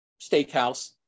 steakhouse